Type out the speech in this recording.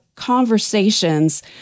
conversations